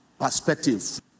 perspective